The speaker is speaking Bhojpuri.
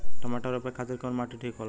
टमाटर रोपे खातीर कउन माटी ठीक होला?